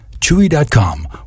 Chewy.com